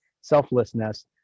selflessness